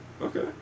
Okay